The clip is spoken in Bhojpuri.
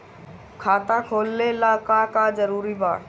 खाता खोले ला का का जरूरी बा?